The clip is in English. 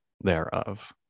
thereof